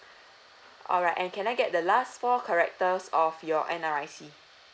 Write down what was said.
alright and can I get the last four characters of your N_R_I_C